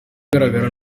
agaragara